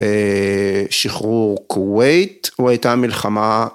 אהה…שחרור כווית הוא הייתה מלחמה